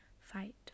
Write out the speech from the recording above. fight